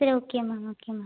சரி okay ma'am okay ma'am